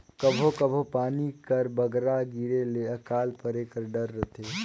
कभों कभों पानी कर बगरा गिरे ले अकाल परे कर डर रहथे